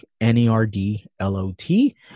N-E-R-D-L-O-T